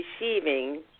receiving